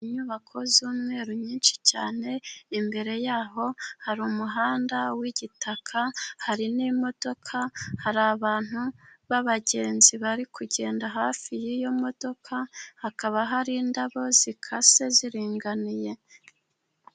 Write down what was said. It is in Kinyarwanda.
Inyubako z'umweru nyinshi cyane imbere yaho hari umuhanda w'igitaka, hari n'imodoka, hari abantu b'abagenzi bari kugenda hafi y'iyo modoka, hakaba hari indabo zikase ziringaniye.